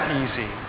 easy